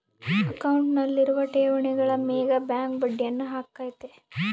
ಅಕೌಂಟ್ನಲ್ಲಿರುವ ಠೇವಣಿಗಳ ಮೇಗ ಬ್ಯಾಂಕ್ ಬಡ್ಡಿಯನ್ನ ಹಾಕ್ಕತೆ